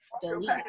delete